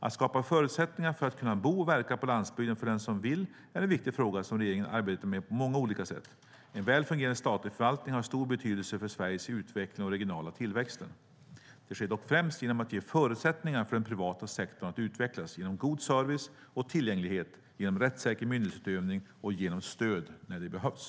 Att skapa förutsättningar för att kunna bo och verka på landsbygden för den som vill är en viktig fråga som regeringen arbetar med på många olika sätt. En väl fungerande statlig förvaltning har stor betydelse för Sveriges utveckling och den regionala tillväxten. Det sker dock främst genom att ge förutsättningar för den privata sektorn att utvecklas, genom god service och tillgänglighet, genom rättssäker myndighetsutövning och genom stöd när det behövs.